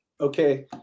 Okay